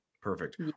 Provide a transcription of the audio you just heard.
Perfect